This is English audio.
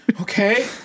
okay